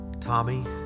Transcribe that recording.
Tommy